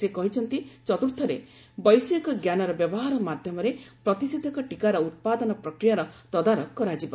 ସେ କହିଛନ୍ତି ଚତ୍ରର୍ଥରେ ବୈଷୟିକଜ୍ଞାନର ବ୍ୟବହାର ମାଧ୍ୟମରେ ପ୍ରତିଷେଧକ ଟିକାର ଉତ୍ପାଦନ ପ୍ରକ୍ରିୟାର ତଦାରଖ କରାଯିବା